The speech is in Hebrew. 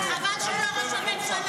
אז חבל שהוא לא ראש הממשלה,